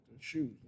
shoes